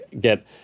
get